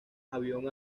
avión